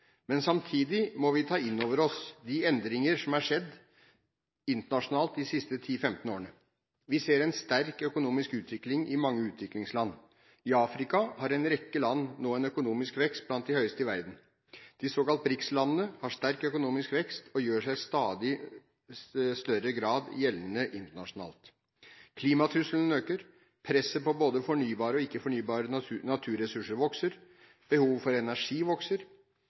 Men samtidig må vi ta inn over oss de endringer som er skjedd internasjonalt de siste ti–femten årene. Vi ser en sterk økonomisk utvikling i mange utviklingsland. I Afrika har en rekke land nå en økonomisk vekst blant de høyeste i verden. De såkalte BRICS-landene har sterk økonomisk vekst og gjør seg i stadig større grad gjeldende internasjonalt. Klimatrusselen øker, presset på både fornybare og ikke-fornybare naturressurser vokser, og behovet for energi vokser.